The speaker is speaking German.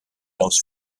aus